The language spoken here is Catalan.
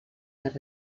les